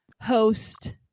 host